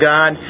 God